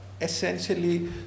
essentially